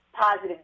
positive